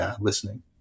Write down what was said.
listening